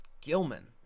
Gilman